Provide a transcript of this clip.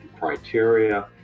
criteria